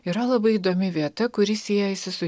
yra labai įdomi vieta kuri siejasi su